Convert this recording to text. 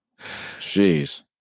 Jeez